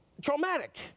traumatic